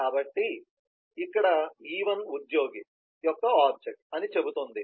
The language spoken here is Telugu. కాబట్టి ఇక్కడ E1 ఉద్యోగి యొక్క ఆబ్జెక్ట్ అని చెబుతుంది